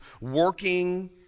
working